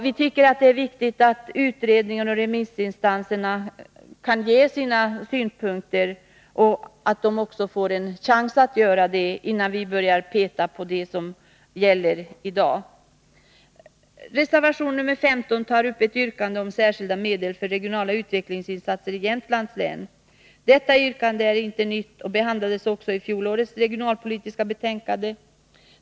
Vi tycker det är viktigt att utredningen och remissinstanserna får en chans att lämna sina synpunkter, innan vi börjar ändra på det som gäller i dag. Reservation 15 tar upp ett yrkande om särskilda medel för regionala utvecklingsinsatser i Jämtlands län. Detta yrkande är inte nytt och behandlades också i fjolårets regionalpolitiska betänkande.